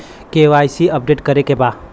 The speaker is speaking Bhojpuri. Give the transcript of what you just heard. के.वाइ.सी अपडेट करे के बा?